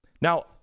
Now